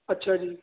ਅੱਛਾ ਜੀ